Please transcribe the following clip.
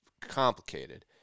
complicated